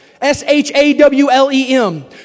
S-H-A-W-L-E-M